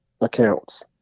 accounts